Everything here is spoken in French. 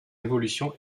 évolution